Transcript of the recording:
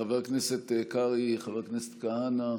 חבר הכנסת קרעי, חבר הכנסת כהנא.